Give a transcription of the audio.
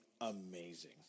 amazing